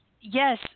Yes